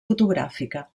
fotogràfica